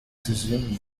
susan